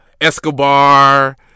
Escobar